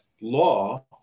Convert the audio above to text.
law